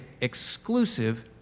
exclusive